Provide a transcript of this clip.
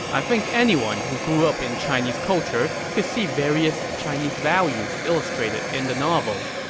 i think anyone who grew up in chinese culture could see various chinese values illustrated in the novel.